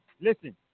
listen